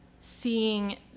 seeing